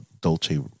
dolce